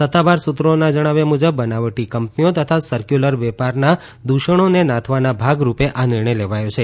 સત્તાવાર સુત્રોના જણાવ્યા મુજબ બનાવટી કંપનીઓ તથા સરકયુલર વેપારના દુષણોને નાથવાના ભાગરૂપે આ નિર્ણય લેવાયો છે